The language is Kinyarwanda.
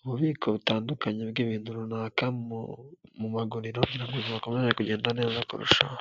ububiko butandukanye bw'ibintu runaka mu maguriro kugira ngo bikomeze kugenda neza kurushaho.